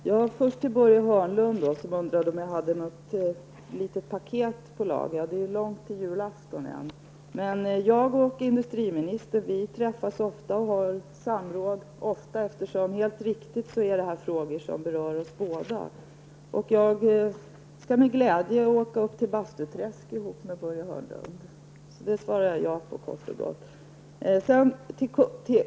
Herr talman! Först vänder jag mig till Börje Hörnlund som undrade om jag hade något litet paket på lager. Det är långt till julafton, men jag och industriministern träffas ofta för samråd, eftersom detta helt riktigt är frågor som berör oss båda. Jag skall med glädje åka upp till Bastuträsk med Börje Hörnlund. Det svarar jag kort och gott ja på.